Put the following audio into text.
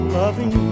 loving